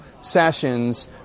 Sessions